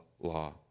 law